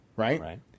Right